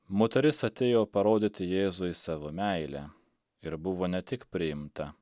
moteris atėjo parodyti jėzui savo meilę ir buvo ne tik priimta